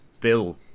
bill